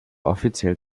offiziell